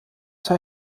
zur